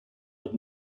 but